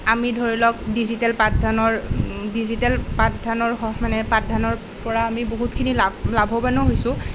আমি ধৰি লওক ডিজিটেল পাঠদানৰ ডিজিটেল পাঠদানৰ স মানে পাঠদানৰ পৰা আমি বহুতখিনি লাভ লাভৱানো হৈছোঁ